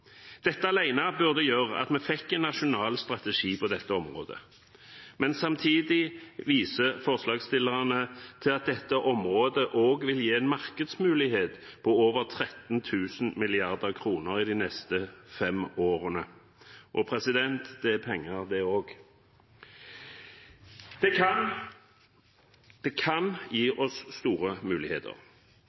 Dette alene bør føre til at vi får en nasjonal strategi på dette området. Samtidig viser forslagsstillerne til at dette området også vil gi en markedsmulighet på over 13 000 mrd. kr de neste fem årene. Det er penger, det også. Det kan gi oss store muligheter.